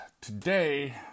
today